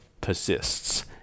persists